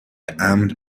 امن